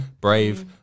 brave